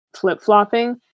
flip-flopping